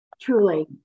Truly